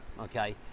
okay